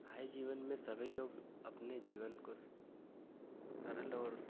आए जीवन में सभी लोग अपने जीवन को सरल और